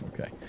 okay